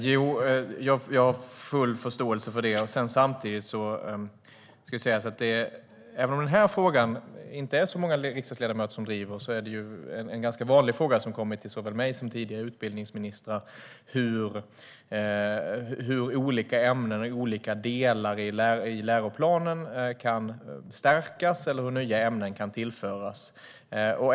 Herr talman! Jag har full förståelse för ledamotens uppfattning. Även om det inte är så många riksdagsledamöter som driver denna fråga har en annan vanlig fråga till såväl mig som tidigare utbildningsministrar varit hur olika delar i läroplanen kan stärkas eller hur nya ämnen kan tillföras.